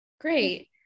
great